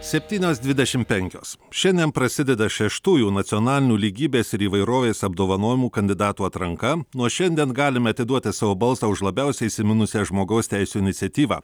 septynios dvidešimt penkios šiandien prasideda šeštųjų nacionalinių lygybės ir įvairovės apdovanojimų kandidatų atranka nuo šiandien galime atiduoti savo balsą už labiausiai įsiminusią žmogaus teisių iniciatyvą